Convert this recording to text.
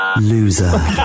loser